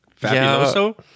fabuloso